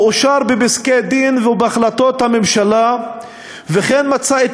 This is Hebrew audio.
הוא אושר בפסקי-דין ובהחלטות הממשלה וכן מצא את